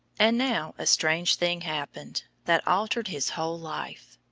and now a strange thing happened, that altered his whole life.